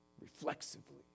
reflexively